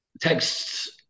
Texts